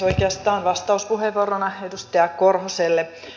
oikeastaan vastauspuheenvuorona edustaja korhoselle